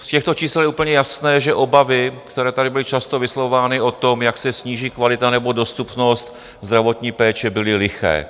Z těchto čísel je úplně jasné, že obavy, které tady byly často vyslovovány o tom, jak se sníží kvalita nebo dostupnost zdravotní péče, byly liché.